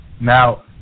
Now